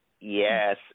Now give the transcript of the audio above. Yes